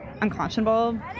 unconscionable